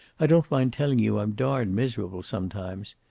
i don't mind telling you i'm darned miserable sometimes.